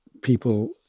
people